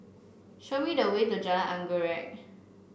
show me the way to Jalan Anggerek